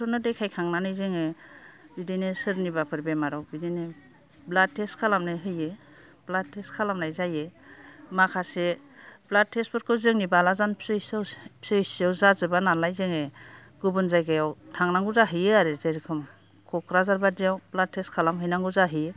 डक्ट'रनो देखायखांनानै जोङो बिदिनो सोरनिबाफोर बेमाराव बिदिनो ब्लाद टेस्ट खालामनो होयो ब्लाद टेस्ट खालामनाय जायो माखासे ब्लाद टेस्टफोरखौ जोंनि बालाजान पि ओइस सि आव जाजोबा नालाय जोङो गुबुन जायगायाव थांनांगौ जाहैयो आरो जेरखम क'क्राझार बायदियाव ब्लाद टेस्ट खालामहैनांगौ जाहैयो